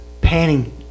panning